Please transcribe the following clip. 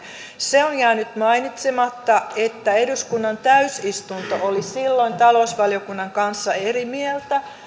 se on jäänyt mainitsematta että eduskunnan täysistunto oli silloin talousvaliokunnan kanssa eri mieltä